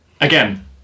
Again